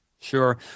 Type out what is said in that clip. Sure